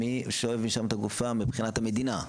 מי שואב משם את הגופה, מבחינת המדינה?